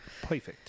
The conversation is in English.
Perfect